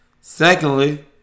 Secondly